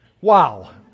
Wow